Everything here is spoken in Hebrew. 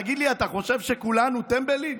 תגיד לי, אתה חושב שכולנו טמבלים?